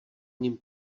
ním